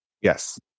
Yes